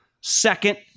second